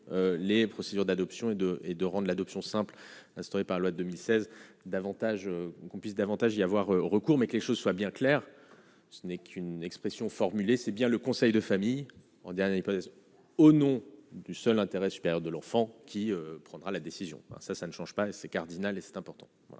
les procédures d'adoption et de et de rendent l'adoption simple instauré par la loi de 2016 davantage qu'on puisse davantage y avoir recours, mais que les choses soient bien claires, ce n'est qu'une expression formulée, c'est bien le conseil de famille en dernière hypothèse au nom du seul intérêt supérieur de l'enfant, qui prendra la décision, ça, ça ne change pas et c'est cardinal et c'est important.